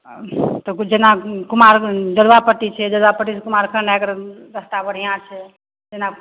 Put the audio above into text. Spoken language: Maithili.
जेना कुमार जदुआपट्टी छै जदुआपट्टीसे कुमारखण्ड आइ के रस्ता बढ़िआँ छै जेना